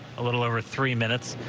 a little over three minutes.